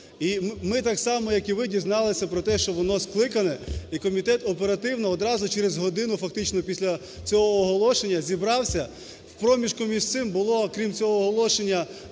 ми так само, як і ви, дізналися про те, що воно скликане, і комітет оперативно, одразу через годину фактично після цього оголошення, зібрався. В проміжку між цим було, крім цього оголошення,